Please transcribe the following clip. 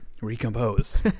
Recompose